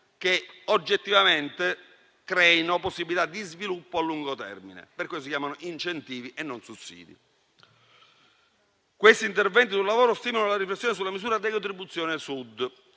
che oggettivamente creino possibilità di sviluppo a lungo termine; per cui si chiamano incentivi e non sussidi. Tali interventi sul lavoro stimolano la riflessione sulla misura decontribuzione Sud,